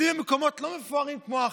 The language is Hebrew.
קרוונים, לומדים במקומות לא מפוארים כמו האחרים.